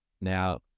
Now